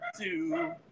two